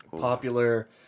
popular